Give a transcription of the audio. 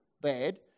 bad